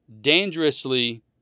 dangerously